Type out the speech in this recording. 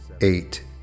eight